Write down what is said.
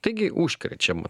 taigi užkrečiama